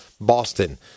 Boston